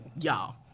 y'all